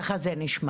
ככה זה נשמע,